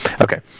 Okay